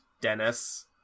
Dennis